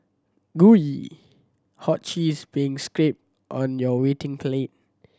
gooey hot cheese being onto your waiting plate